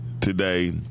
today